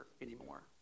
anymore